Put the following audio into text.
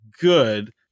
good